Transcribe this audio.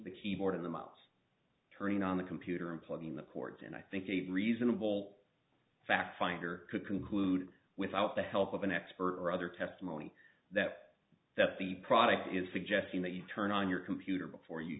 the keyboard and the mouse turning on the computer unplugging the cords and i think even reasonable fact finder could conclude without the help of an expert or other testimony that that the product is suggesting that you turn on your computer before you